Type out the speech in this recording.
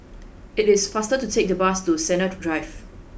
it is faster to take the bus to Sennett Drive